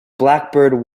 blackbird